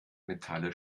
metalle